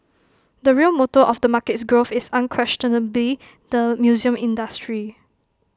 the real motor of the market's growth is unquestionably the museum industry